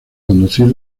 conducir